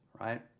right